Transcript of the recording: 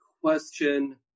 question